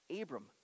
abram